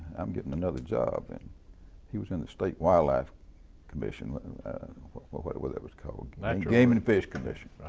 i'm getting another job, and he was in the state wildlife commission or whatever it was called, game and fish commission.